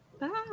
bye